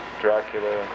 Dracula